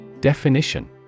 Definition